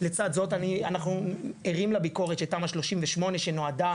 אנחנו ערים לביקורת של תמ"א 38 שנועדה